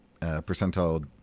percentile